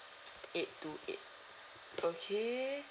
eight two eight okay